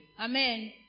Amen